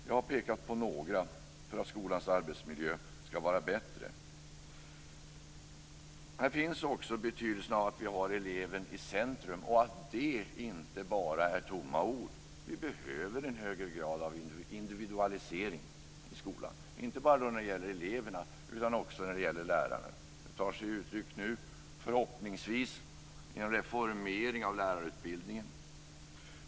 Jag har pekat på några som behövs för att skolans arbetsmiljö skall vara bättre. Här finns också betydelsen av att eleven är i centrum och av att det inte bara är tomma ord. Vi behöver en högre grad av individualisering i skolan, inte bara när det gäller eleverna utan också när det gäller läraren. Det tar sig nu förhoppningsvis uttryck i en reformering av lärarutbildningen.